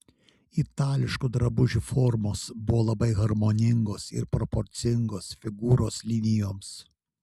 itališkų drabužių formos buvo labai harmoningos ir proporcingos figūros linijoms